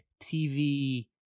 tv